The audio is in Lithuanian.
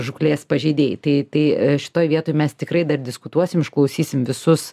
žūklės pažeidėjai tai tai šitoj vietoj mes tikrai dar diskutuosim išklausysim visus